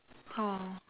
oh